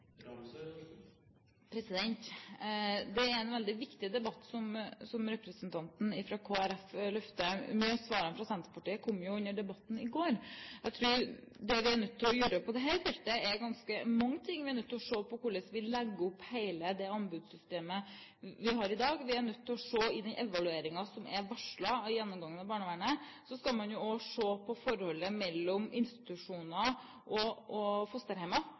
Det er en veldig viktig debatt som representanten fra Kristelig Folkeparti løfter fram. Mange av svarene fra Senterpartiet kom under debatten i går. Jeg tror at det vi er nødt til å gjøre på dette feltet, er ganske mange ting. Vi er nødt til å se på hvordan vi legger opp hele det anbudssystemet vi har i dag. I den evalueringen som er varslet av gjennomgangen av barnevernet, skal man også se på forholdet mellom institusjoner og